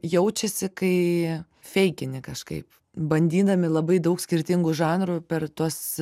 jaučiasi kai feikini kažkaip bandydami labai daug skirtingų žanrų per tuos